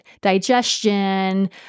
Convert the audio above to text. digestion